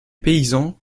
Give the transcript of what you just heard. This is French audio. paysans